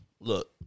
look